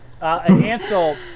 Ansel